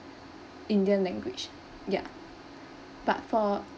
indian language ya but for